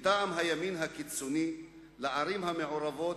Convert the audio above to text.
מטעם הימין הקיצוני לערים המעורבות,